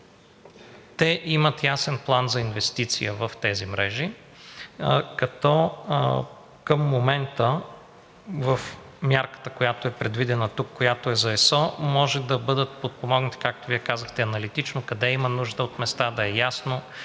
те имат ясен план за инвестиция в тези мрежи, като към момента в мярката, която е предвидена тук, която е за ЕСО, може да бъдат подпомогнати, както Вие казахте, аналитично къде има нужда от места, да е ясно,